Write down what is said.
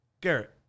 Garrett